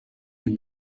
you